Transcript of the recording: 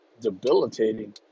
debilitating